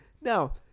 Now